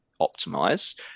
optimize